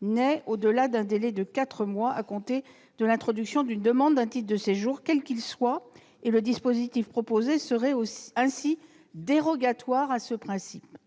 naît après un délai de quatre mois à compter de l'introduction d'une demande de titre de séjour, quel qu'il soit ; le dispositif proposé dérogerait donc à ce principe.